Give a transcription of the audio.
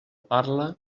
parla